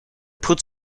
puts